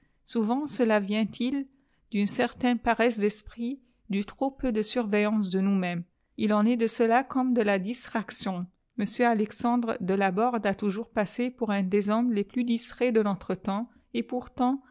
sorciers cela vient d une certaine paresse d'esprit du rop peu de surveillance de nous-mêmes il en est de cela comme de la distraction m alexandre delaborde a toujours passé pour un des hommes les plus distraits de notre temps et pourtant